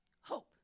Hope